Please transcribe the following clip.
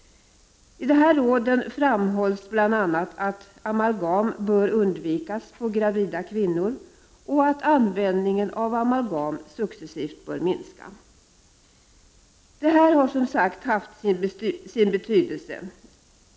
I dessa framhålls bl.a. att amalgam bör undvikas på gravida kvinnor och att användningen av amalgam successivt bör minska. Det här har, som sagt, haft sin betydelse.